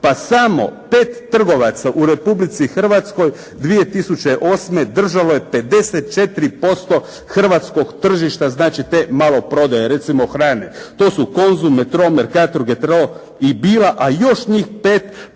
Pa samo 5 trgovaca u Republici Hrvatskoj 2008. držalo je 54% hrvatskog tržišta. Znači te maloprodaje. Recimo hrane. To su: Konzum, Metro, Mercator, Getro i Billa. A još njih 5: